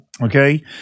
okay